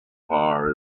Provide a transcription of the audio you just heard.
far